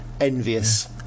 envious